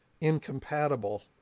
incompatible